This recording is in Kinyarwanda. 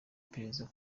iperereza